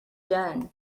done